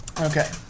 Okay